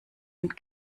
und